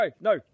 no